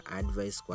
advice